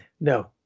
No